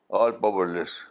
all-powerless